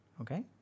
Okay